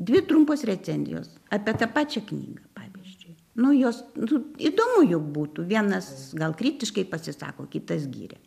dvi trumpos recenzijos apie tą pačią knygą pavyzdžiui nu jos nu įdomu juk būtų vienas gal kritiškai pasisako kitas giria